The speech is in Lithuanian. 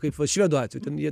kaip vat švedų atveju ten jie